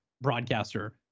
broadcaster